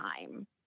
time